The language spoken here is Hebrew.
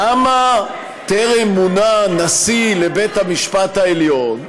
למה טרם מונה נשיא לבית-המשפט העליון?